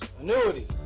annuities